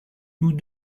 nous